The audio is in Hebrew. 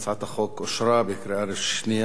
הצעת החוק אושרה בקריאה שנייה.